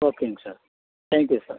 ஓகேங்க sir thank you sir